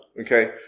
okay